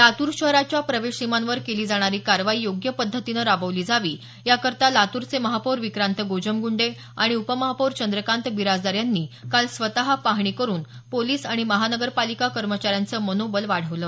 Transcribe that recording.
लातूर शहराच्या प्रवेश सीमांवर केली जाणारी कारवाई योग्य पद्धतीनं राबवली जावी याकरता लातूरचे महापौर विक्रांत गोजमगुंडे आणि उपमहापौर चंद्रकांत बिराजदार यांनी काल स्वत पाहणी करून पोलिस आणि महानगरपालिका कर्मचाऱ्यांचं मनोबल वाढवलं